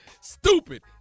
Stupid